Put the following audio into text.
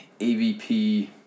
AVP